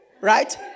right